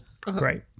Great